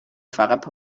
فقط